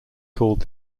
called